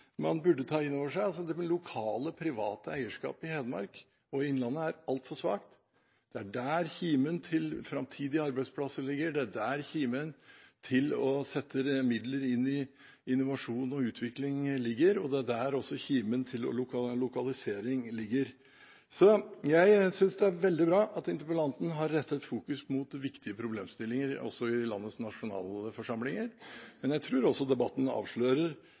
ta inn over seg, er at lokale og private eierskap i Hedmark og Innlandet er altfor svakt. Det er der kimen til framtidige arbeidsplasser ligger. Det er der kimen til å sette midler inn i innovasjon og utvikling ligger. Det er også der kimen til lokalisering ligger. Jeg synes det er veldig bra at interpellanten i landets nasjonalforsamling har rettet fokuset mot viktige problemstillinger. Men jeg tror også debatten avslører